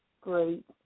great